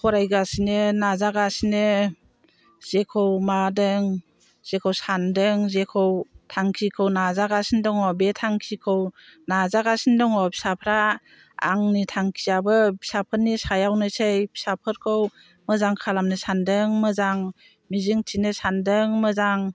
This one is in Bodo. फरायगासिनो नाजागासिनो जेखौ मावदों जेखौ सानदों जेखौ थांखिखौ नाजागासिनो दङ बे थांखिखौ नाजागासिनो दङ फिसाफ्रा आंनि थांखियाबो फिसाफोरनि सायावनोसै फिसाफोरखौ मोजां खालामनो सानदों मोजां मिजिंथिनो सानदों मोजां